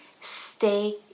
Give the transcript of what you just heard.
Stay